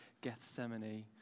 Gethsemane